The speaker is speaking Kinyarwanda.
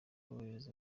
korohereza